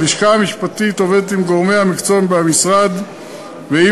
הלשכה המשפטית עובדת עם גורמי המקצוע במשרד ועם